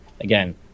again